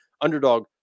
underdog